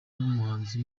n’umuhanzi